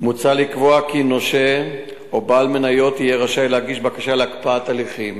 מוצע לקבוע כי נושה או בעל מניות יהיה רשאי להגיש בקשה להקפאת הליכים